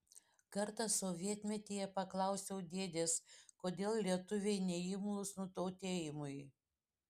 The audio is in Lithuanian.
kartą sovietmetyje paklausiau dėdės kodėl lietuviai neimlūs nutautėjimui